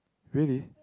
really